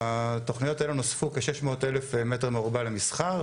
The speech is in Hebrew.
בתוכניות האלה נוספו כ-600 אלף מ"ר למסחר,